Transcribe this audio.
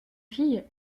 fille